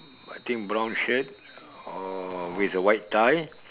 I think brown shirt or with a white tie